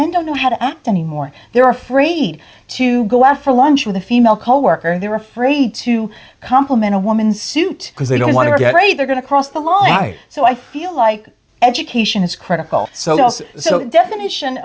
men don't know how to act anymore they're afraid to go out for lunch with a female coworker they're afraid to compliment a woman's suit because they don't want to get her a they're going to cross the line so i feel like education is critical so also so definition